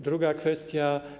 Druga kwestia.